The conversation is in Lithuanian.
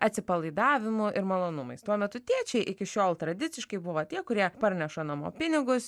atsipalaidavimu ir malonumais tuo metu tėčiai iki šiol tradiciškai buvo tie kurie parneša namo pinigus